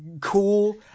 cool